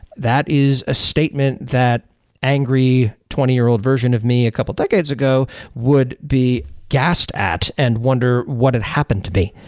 that is a statement that angry twenty year old version of me a couple of decades ago would be gassed at and wonder what had happened to me.